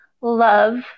love